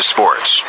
Sports